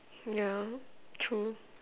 yeah true